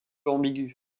ambiguë